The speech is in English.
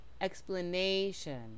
Explanation